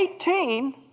Eighteen